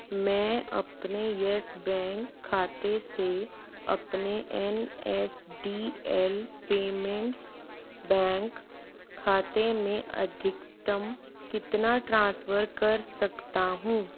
मैं अपने Yes Bank खाते से अपने N S D L payments bank खाते में अधिकतम कितना ट्रांसफ़र कर सकता हूँ